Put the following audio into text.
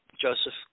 Joseph